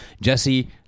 jesse